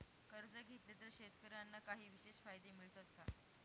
कर्ज घेतले तर शेतकऱ्यांना काही विशेष फायदे मिळतात का?